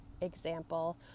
example